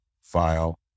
file